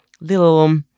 little